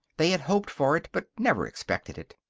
they had hoped for it, but never expected it.